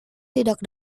tidak